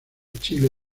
chile